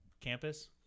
campus